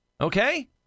Okay